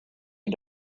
who